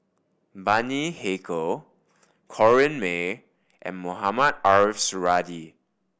Bani Haykal Corrinne May and Mohamed Ariff Suradi